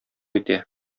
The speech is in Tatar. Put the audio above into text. итә